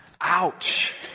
Ouch